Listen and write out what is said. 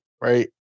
right